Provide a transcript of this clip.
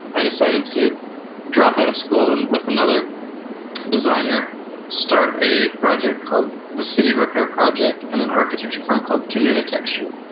i decided to drop out of school and with another designer start a project called the city repair project and an architecture firm called communitecture.